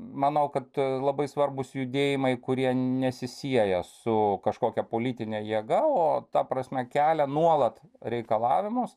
manau kad labai svarbūs judėjimai kurie nesisieja su kažkokia politine jėga o ta prasme kelia nuolat reikalavimus